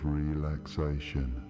relaxation